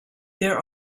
there